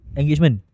engagement